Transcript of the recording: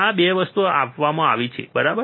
આ 2 વસ્તુઓ આપવામાં આવી છે બરાબર